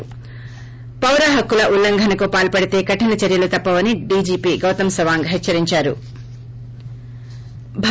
ి పౌరహక్కుల ఉల్లంఘనకు పాల్సడితే కఠిన చర్యలు తప్పవని డీజీపీ గౌతం సవాంగ్ హెచ్చరించారు